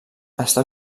està